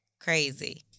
crazy